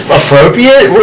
appropriate